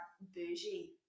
bougie